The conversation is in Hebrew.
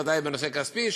בוודאי בנושאים כספיים,